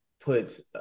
puts